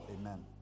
Amen